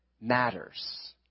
matters